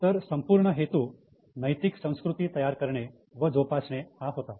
तर संपूर्ण हेतू नैतिक संस्कृती तयार करणे व जोपासणे हा होता